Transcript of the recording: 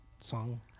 song